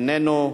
איננו,